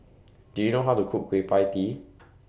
Do YOU know How to Cook Kueh PIE Tee